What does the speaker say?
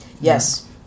Yes